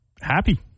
happy